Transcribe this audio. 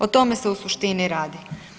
O tome se u suštini radi.